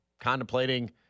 contemplating